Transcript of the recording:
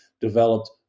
developed